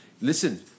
Listen